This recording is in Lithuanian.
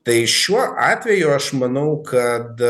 tai šiuo atveju aš manau kad